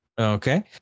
Okay